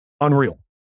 unreal